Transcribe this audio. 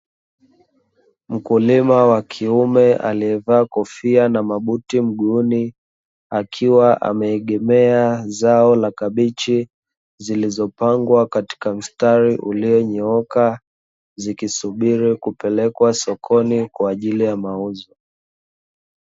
Mkulima wa kiume aliyevaa kofia na mabuti mguuni akiwa ameegemea zao la kabichi lililopangwa katika mstari ulioonyooka zikisubiri kupelekwa sokoni kwaajili ya mauzo.